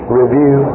review